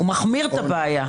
זה מחמיר את הבעיה.